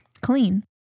clean